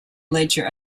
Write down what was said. ledger